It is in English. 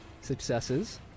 successes